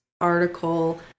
article